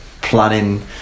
planning